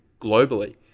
globally